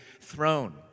throne